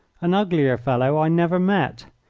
an uglier fellow i never met,